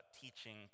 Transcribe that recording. teaching